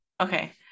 Okay